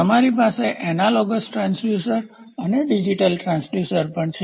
તમારી પાસે analogous transducer અને ડિજિટલ ટ્રાંસડ્યુસર પણ છે